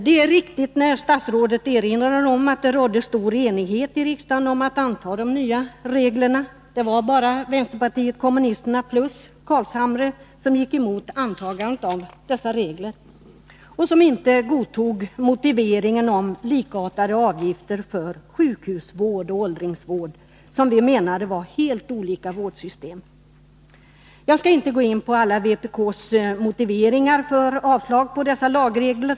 Det är riktigt när statsrådet erinrar om att det rådde stor enighet i riksdagen om att anta de nya reglerna. Det var bara vänsterpartiet kommunisterna och Nils Carlshamre som gick emot antagandet av dessa regler, och som inte godtog motiveringen om likartade avgifter för sjukhusvård och åldringsvård, som vi menade var helt olika vårdsystem. Jag skall inte gå in på alla vpk:s motiveringar för avslag på förslaget till dessa regler.